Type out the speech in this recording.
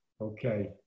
okay